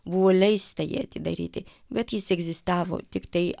buvo leista jį atidaryti bet jis egzistavo tiktai